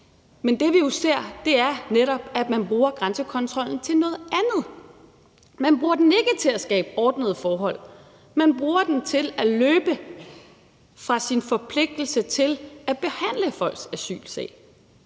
Det, vi jo ser, er netop, at man bruger grænsekontrollen til noget andet. Man bruger den ikke til at skabe ordnede forhold; man bruger den til at løbe fra sin forpligtelse til at behandle folks asylsag.